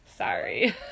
Sorry